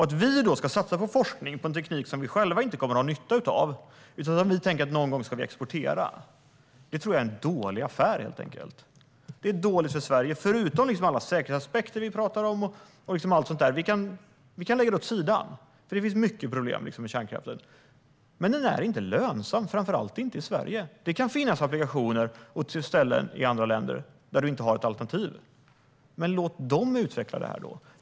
Att vi ska satsa på forskning och en teknik - som vi någon gång tänker exportera - som vi själva inte kommer att ha nytta av tror jag helt enkelt är en dålig affär. Det är dåligt för Sverige förutom alla säkerhetsaspekter. Vi kan lägga det åt sidan. Det finns många problem med kärnkraften, men den är inte lönsam, framför allt inte i Sverige. Det kan finnas applikationer och ställen i andra länder där man inte har något alternativ. Men låt då dessa länder utveckla kärnkraften!